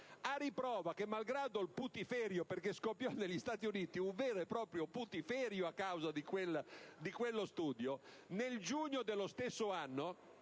i dati, malgrado il putiferio. Perché scoppiò negli Stati Uniti un vero e proprio putiferio a causa di quello studio, e nel giugno dello stesso anno